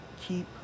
Keep